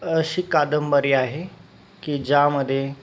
अशी कादंबरी आहे की ज्यामध्ये